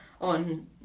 on